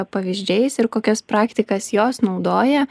pavyzdžiais ir kokias praktikas jos naudoja